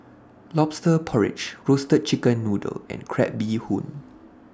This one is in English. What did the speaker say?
Lobster Porridge Roasted Chicken Noodle and Crab Bee Hoon